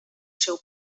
seu